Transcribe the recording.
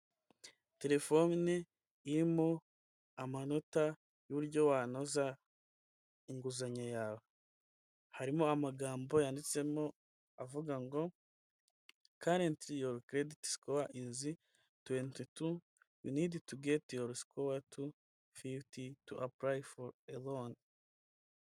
Terefone irimo amanota y'uburyo wanoza inguzanyo yawe, harimo amagambo yanditsemo uvuga ngo karentili yoru kerediti sikowa izi tuwentitu, yunidi tugeti yorusikowa tufifiti tu apulayi foru eloni.